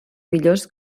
millors